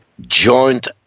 joint